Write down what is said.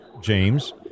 James